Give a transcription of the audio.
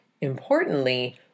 importantly